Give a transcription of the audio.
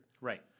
Right